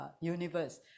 universe